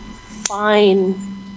fine